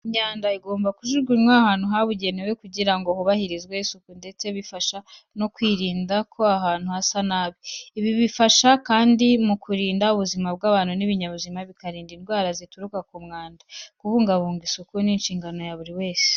Imyanda igomba kujugunywa ahantu habugenewe kugira ngo hubahirizwe isuku ndetse bifasha no kwirinda ko ahantu hasa nabi. Ibi bifasha kandi mu kurinda ubuzima bw'abantu n'ibinyabuzima, bikarinda indwara zituruka ku mwanda. Kubungabunga isuku ni inshingano ya buri wese.